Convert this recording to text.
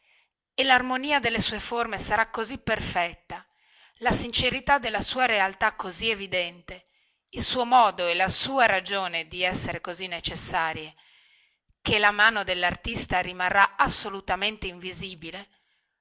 e larmonia delle sue forme sarà così perfetta la sincerità della sua realtà così evidente il suo modo e la sua ragione di essere così necessarie che la mano dellartista rimarrà assolutamente invisibile